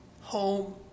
home